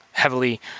heavily